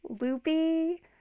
loopy